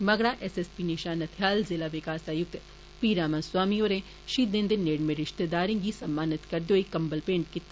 मगरा S S P Nisha Nathyal जिला विकास आयुक्त पी रामा स्वामी होरें शहीदें दे नेडमें रिश्तेदारें गी सम्मानित करदे होई कंबल भेंट कीते